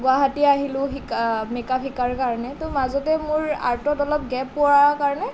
গুৱাহাটী আহিলোঁ মেকআপ শিকাৰ কাৰণে তো মাজতে মোৰ আৰ্টত অলপ গেপ পৰাৰ কাৰণে